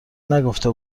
نگفته